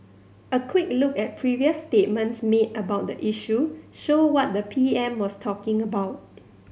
a quick look at previous statements made about the issue show what the P M was talking about